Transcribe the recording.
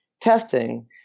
testing